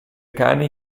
cani